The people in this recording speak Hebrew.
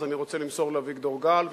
אז אני רוצה למסור לאביגדור גל,